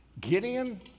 Gideon